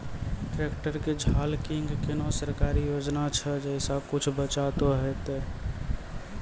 Tractor के झाल किंग कोनो सरकारी योजना छ जैसा कुछ बचा तो है ते?